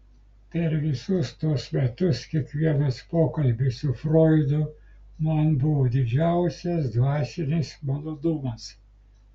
per visus tuos metus kiekvienas pokalbis su froidu man buvo didžiausias dvasinis malonumas